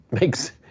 Makes